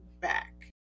back